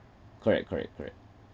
correct correct correct